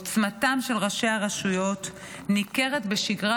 עוצמתם של ראשי הרשויות ניכרת בשגרה,